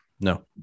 No